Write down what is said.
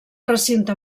recinte